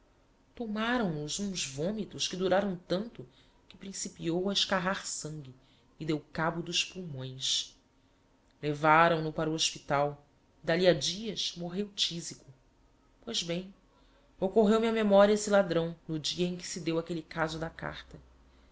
enguliu o tomaram no uns vomitos que duraram tanto que principiou a escarrar sangue e deu cabo dos pulmões levaram no para o hospital e d'ali a dias morreu tisico pois bem occorreu me á memoria esse ladrão no dia em que se deu aquelle caso da carta